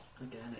again